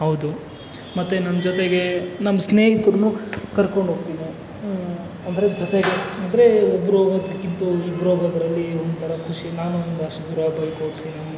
ಹೌದು ಮತ್ತು ನನ್ನ ಜೊತೆಗೆ ನಮ್ಮ ಸ್ನೇಹಿತರನ್ನೂ ಕರ್ಕೊಂಡು ಹೋಗ್ತೀನಿ ಅಂದರೆ ಜೊತೆಗೆ ಅಂದರೆ ಒಬ್ಬರು ಹೋಗೋದಕ್ಕಿಂತಲೂ ಇಬ್ಬರು ಹೋಗೋದರಲ್ಲಿ ಒಂಥರ ಖುಷಿ ನಾನೊಂದು ಅಷ್ಟು ದೂರ ಬೈಕ್ ಓಡಿಸ್ತೀನಿ